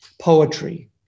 poetry